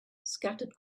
scattered